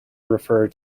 refer